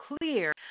clear